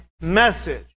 message